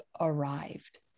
arrived